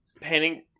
Painting